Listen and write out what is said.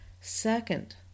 Second